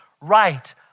right